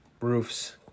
roofs